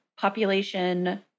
population